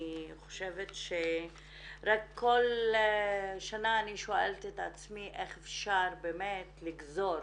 אני חושבת שכל שנה אני שואלת את עצמי איך אפשר באמת לגזור,